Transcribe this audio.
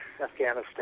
Afghanistan